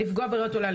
לפגוע וכולי.